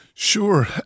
Sure